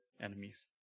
enemies